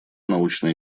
научные